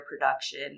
production